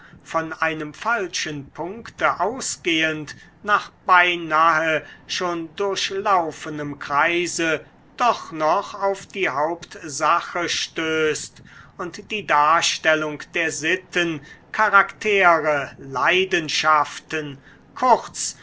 von einem falschen punkte ausgehend nach beinahe schon durchlaufenem kreise doch noch auf die hauptsache stößt und die darstellung der sitten charaktere leidenschaften kurz